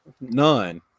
none